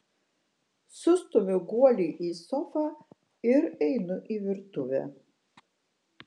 sustumiu guolį į sofą ir einu į virtuvę